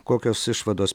kokios išvados